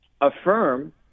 Affirm